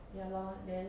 ya lor then